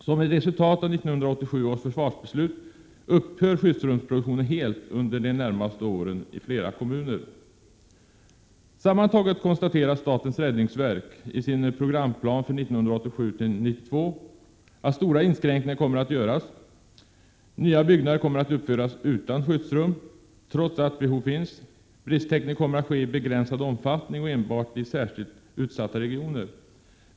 Som ett resultat av 1987 års försvarsbeslut upphör skyddsrumsproduktionen helt under de närmaste åren i flera kommuner. Sammantaget konstaterar statens räddningsverk i sin programplan för 1987-1992 att stora inskränkningar kommer att göras. Nya byggnader kommer att uppföras utan skyddsrum, trots att behov finns. Bristtäckning kommer att ske i begränsad omfattning och enbart i särskilt utsatta regioner.